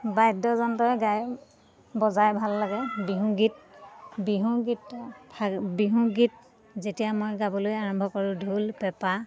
বাদ্যযন্ত্ৰই গাই বজাই ভাল লাগে বিহুগীত বিহুগীত ভ বিহু গীত যেতিয়া মই গাবলৈ আৰম্ভ কৰোঁ ঢোল পেঁপা